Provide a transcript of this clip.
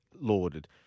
lauded